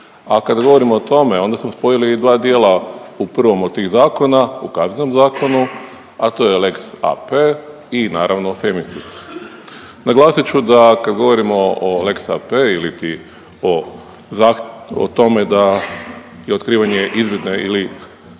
a kad govorimo o tome onda smo spojili i dva u prvom od tih zakona u Kaznenom zakonu, a to je lex AP i naravno femicid. Naglasit ću da kad govorimo o lex AP iliti o tome da je otkrivanje izvidne ili